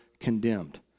condemned